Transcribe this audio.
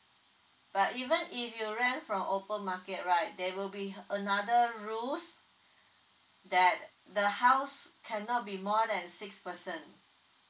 but even if you rent from open market right there will be an~ another rules that the house cannot be more than six person